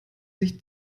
sich